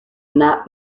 not